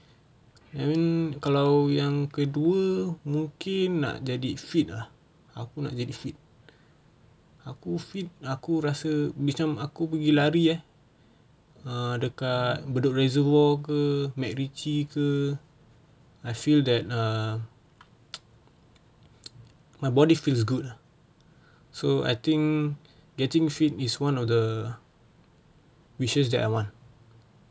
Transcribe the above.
then kalau yang kedua mungkin nak jadi fit ah aku nak jadi fit aku fit aku rasa macam aku pergi lari ah err dekat bedok reservoir ke macritchie ke I feel that uh my body feels good lah so I think getting fit is one of the wishes that I want